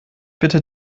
bitte